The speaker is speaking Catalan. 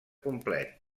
complet